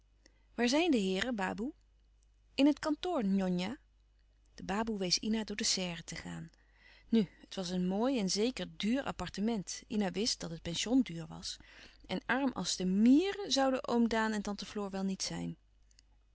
waar zijn de heeren baboe in het kantoor njonja de baboe wees ina door de serre te gaan nu het was een mooi en zeker duur appartement ina wist dat het pension duur was en arm als de mierrren zouden oom daan en tante floor wel niet zijn